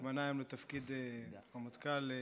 שהתמנה היום לתפקיד רמטכ"ל,